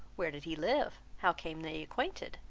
where did he live? how came they acquainted?